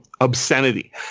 obscenity